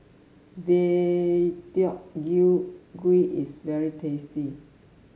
Deodeok Gui is very tasty